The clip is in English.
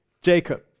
Jacob